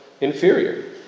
inferior